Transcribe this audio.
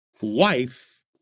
wife